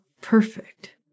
perfect